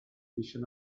mission